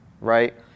right